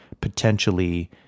potentially